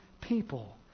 people